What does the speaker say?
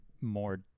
more